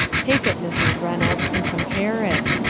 take it, mrs. reynolds, and compare it.